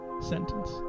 sentence